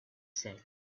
said